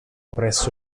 presso